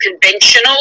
conventional